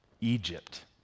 Egypt